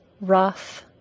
rough